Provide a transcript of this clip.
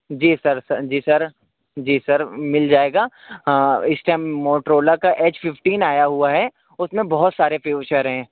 جی sir sir جی sir جی sir مل جائے گا اس ٹائم موٹرولا کا ایچ ففٹین آیا ہوا ہے اس میں بہت سارے فیوچر ہیں